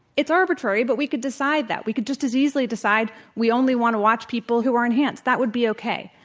it's arbitrary, but we could decide that. we could just as easily decide we only want to watch people who are enhanced. that would be okay.